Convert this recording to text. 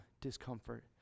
discomfort